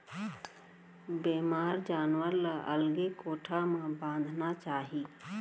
बेमार जानवर ल अलगे कोठा म बांधना चाही